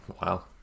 wow